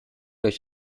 euch